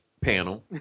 panel